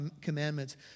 commandments